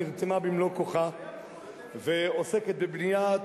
נרתמה במלוא כוחה ועוסקת בבניית